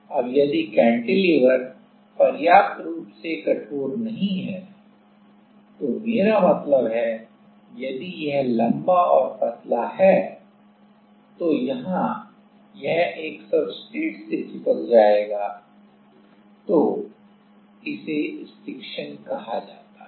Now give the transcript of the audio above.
अब यदि कैंटिलीवर पर्याप्त रूप से कठोर नहीं है तो मेरा मतलब है यदि यह लंबा और पतला है तो यहां यह एक सब्सट्रेट से चिपक जाएगा तो इसे स्टिक्शन कहा जाता है